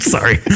Sorry